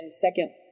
second